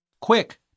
Quick